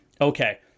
okay